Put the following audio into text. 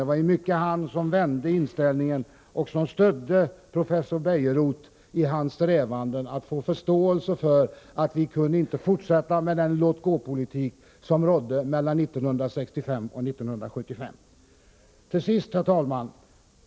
Det var i stor utsträckning han som vände inställningen och som stödde professor Bejerot i strävandena att få förståelse för att vi inte kunde fortsätta med den låt-gå-politik som fördes mellan 1965 och 1975. Till sist, herr talman!